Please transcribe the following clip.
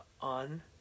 on